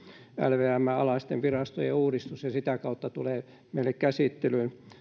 lvmn alaisten virastojen uudistus ja sitä kautta se tulee meille käsittelyyn